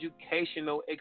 educational